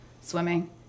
swimming